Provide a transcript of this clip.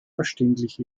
verständlich